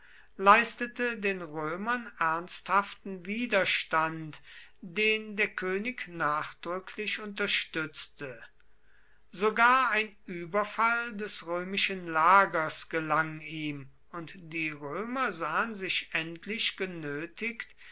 leistete den römern ernsthaften widerstand den der könig nachdrücklich unterstützte sogar ein überfall des römischen lagers gelang ihm und die römer sahen sich endlich genötigt